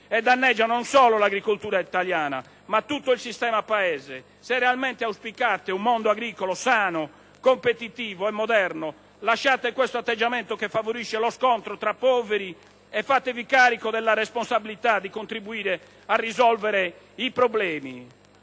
e danneggiano non solo l'agricoltura italiana, ma tutto il sistema Paese. Se realmente auspicate un mondo agricolo sano, competitivo e moderno, lasciate questo atteggiamento che favorisce lo scontro tra poveri e fatevi carico della responsabilità di contribuire a risolvere i problemi.